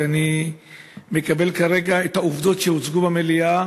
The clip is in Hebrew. ואני מקבל כרגע את העובדות שהוצגו במליאה